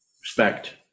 respect